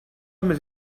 més